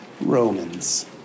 Romans